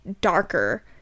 darker